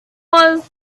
was